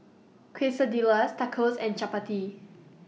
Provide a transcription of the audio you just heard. Quesadillas Tacos and Chapati